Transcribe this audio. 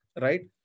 Right